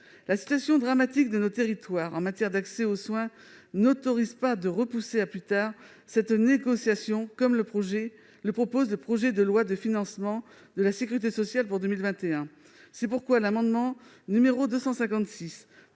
La situation dramatique de nos territoires en matière d'accès aux soins n'autorise pas de repousser à plus tard cette négociation, comme le propose le projet de loi de financement de la sécurité sociale pour 2021. C'est pourquoi cet amendement vise à